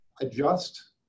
adjust